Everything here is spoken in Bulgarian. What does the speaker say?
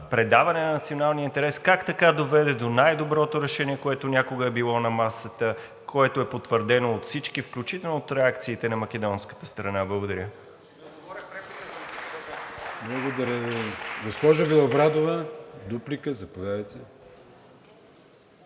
предаване на националния интерес, как така доведе до най-доброто решение, което някога е било на масата, което е потвърдено от всички, включително от реакциите на македонската страна. Благодаря. (Реплика на народния представител